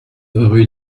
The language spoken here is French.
rue